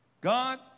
God